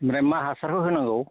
ओमफ्राय मा हासारखौ होनांगौ